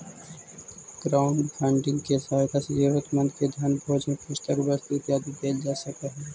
crowdfunding के सहायता से जरूरतमंद के धन भोजन पुस्तक वस्त्र इत्यादि देल जा सकऽ हई